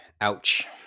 ouch